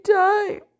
time